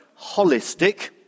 holistic